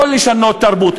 לא לשנות תרבות.